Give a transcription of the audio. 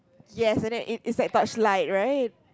yes and then it it's like torchlight right